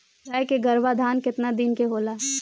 गाय के गरभाधान केतना दिन के होला?